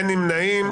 אין נמנעים.